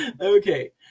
Okay